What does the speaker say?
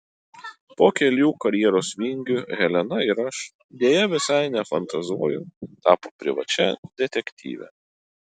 po kelių karjeros vingių helena ir aš deja visai nefantazuoju tapo privačia detektyve